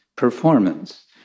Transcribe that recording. Performance